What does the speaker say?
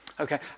Okay